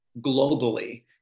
globally